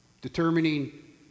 Determining